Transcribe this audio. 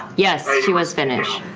yes, she was finnish.